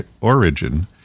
origin